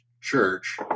church